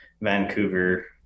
Vancouver